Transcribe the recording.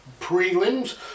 prelims